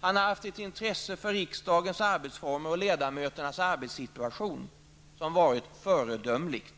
Han har haft ett intresse för riksdagens arbetsformer och för ledamöternas arbetssituation, som varit föredömligt.